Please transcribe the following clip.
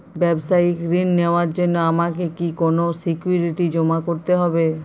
ব্যাবসায়িক ঋণ নেওয়ার জন্য আমাকে কি কোনো সিকিউরিটি জমা করতে হবে?